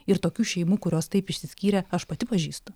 ir tokių šeimų kurios taip išsiskyrė aš pati pažįstu